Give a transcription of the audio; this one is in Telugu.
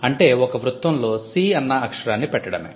అంటే ఒక వృత్తంలో 'C' అన్న అక్షరాన్ని పెట్టడమే